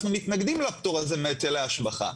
אנחנו מתנגדים לפטור הזה מהיטלי השבחה.